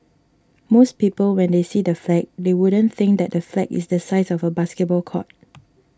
most people when they see the flag they wouldn't think that the flag is the size of a basketball court